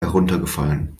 heruntergefallen